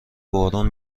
بارون